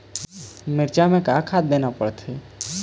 मिरचा मे का खाद देना पड़थे?